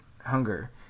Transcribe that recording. hunger